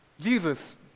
Jesus